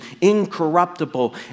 incorruptible